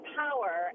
power